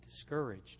discouraged